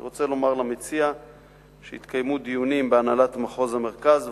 אני רוצה לומר למציע שהתקיימו דיונים בהנהלת מחוז המרכז,